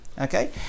Okay